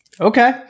Okay